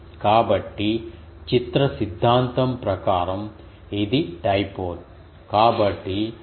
కాబట్టి చిత్ర సిద్ధాంతం ప్రకారం ఇది డైపోల్